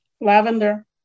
Lavender